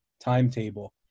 timetable